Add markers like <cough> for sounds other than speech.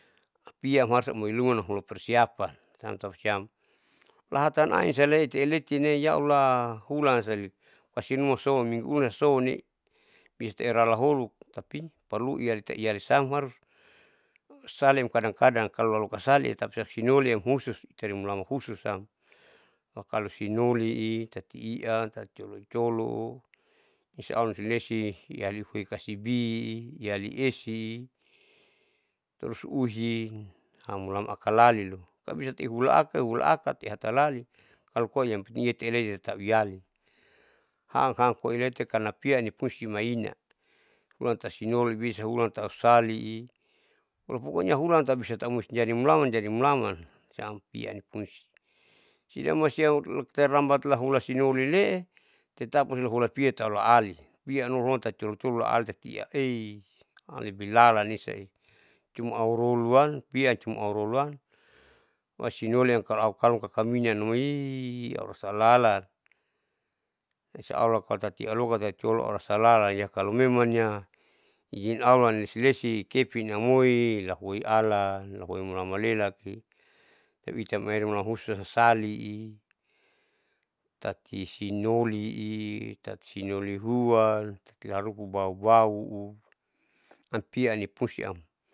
Pianam amusti harus persiapan siamtau siam lahatan ain saeti letine yaallah hulan sali asinuma so minggu minggu ulan souni pisti eralaholuti tapi parlu ialisam harus salim kadang kadang laluka sali tapasiam sinoliam husus itari mulaman husus am, pakalo sinoli tati ian tati colu colu o isiaun lesi lesi iali hoi kasibi iali esi tarus uhin hamulam akalali lo tambisati hulaaka ihatalali kalo koa iayam iatau iyali <hesitation> koinei karna pia bipungsi maina hulan tausinoli bisa huan tahu salii hulan okonya hulan tahu musti jadi mulaman jadi mulaman siam ian nipungsi, sinamalusia loto tarlambat lahula sinoli lee tatap hularo pia taulaali pianuroam tati colo colo laali tati ian <hesitation> amlebih lalan lesae cuman auroloam pia cuman auroloam ua sinoli kaloam kalokakaminya numa iii aurasa lalan masya allah ruan tati ialohi aurasa lalan kalomemangnya ijin allah nilesi lesi kepin amoi lahuoi alan lahuoi mulaman lelaki siam ita mairuman husa sali i tati sinoliii itati sinoli huan tekelaharupu bau bau <hesitation> piani pungsi am.